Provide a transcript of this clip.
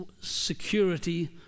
security